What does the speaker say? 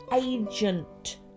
agent